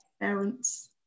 parents